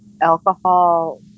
alcohol